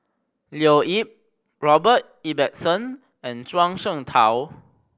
Leo Yip Robert Ibbetson and Zhuang Shengtao